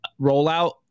rollout